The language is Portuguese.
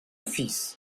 fiz